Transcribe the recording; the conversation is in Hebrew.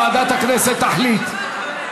ועדת הכנסת תחליט.